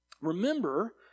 remember